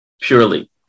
purely